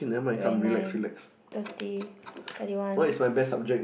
twenty nine thirty thirty one